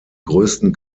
größten